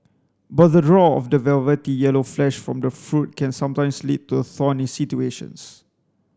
but the draw of the velvety yellow flesh from the fruit can sometimes lead to thorny situations